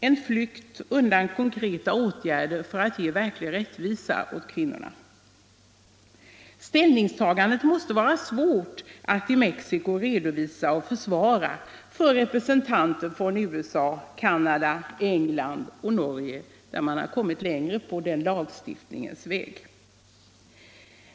En flykt undan konkreta åtgärder för att ge rättvisa åt kvinnorna! Ställningstagandet måste vara svårt att i Mexico redovisa och försvara inför representanter från USA, Canada, England och Norge som har kommit längre på lagstiftningens väg.